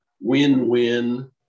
win-win